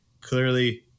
clearly